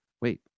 wait